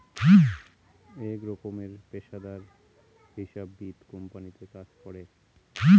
এক রকমের পেশাদার হিসাববিদ কোম্পানিতে কাজ করে